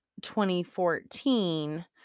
2014